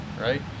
Right